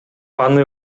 аны